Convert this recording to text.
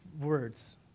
words